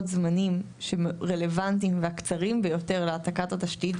זמנים שרלוונטיים וקצרים ביותר להעתקת התשתית,